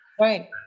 Right